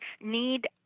need